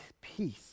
peace